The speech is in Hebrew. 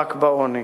למאבק בעוני.